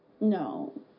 No